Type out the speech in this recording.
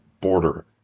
border